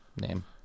name